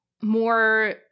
more